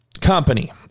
company